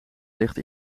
ligt